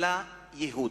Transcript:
אלא ייהוד.